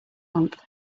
month